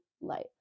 light